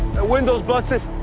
that window's busted.